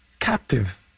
captive